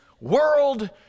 world